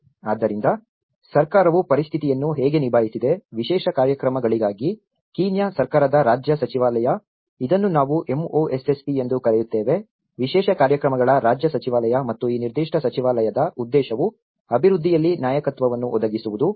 ಆದ್ದರಿಂದ ಸರ್ಕಾರವು ಪರಿಸ್ಥಿತಿಯನ್ನು ಹೇಗೆ ನಿಭಾಯಿಸಿದೆ ವಿಶೇಷ ಕಾರ್ಯಕ್ರಮಗಳಿಗಾಗಿ ಕೀನ್ಯಾ ಸರ್ಕಾರದ ರಾಜ್ಯ ಸಚಿವಾಲಯ ಇದನ್ನು ನಾವು MoSSP ಎಂದು ಕರೆಯುತ್ತೇವೆ ವಿಶೇಷ ಕಾರ್ಯಕ್ರಮಗಳ ರಾಜ್ಯ ಸಚಿವಾಲಯ ಮತ್ತು ಈ ನಿರ್ದಿಷ್ಟ ಸಚಿವಾಲಯದ ಉದ್ದೇಶವು ಅಭಿವೃದ್ಧಿಯಲ್ಲಿ ನಾಯಕತ್ವವನ್ನು ಒದಗಿಸುವುದು